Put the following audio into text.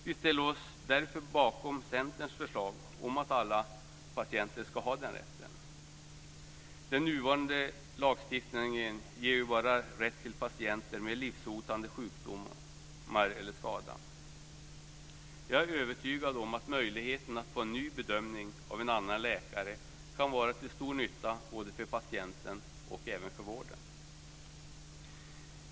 Vi ställer oss därför bakom Centerns förslag om att alla patienter ska ha den rätten. Den nuvarande lagstiftningen ger bara den rätten till patienter med livshotande sjukdomar eller skador. Jag är övertygad om att möjligheten för en patient att få en ny bedömning av en annan läkare kan vara till stor nytta både för patienten och för vården.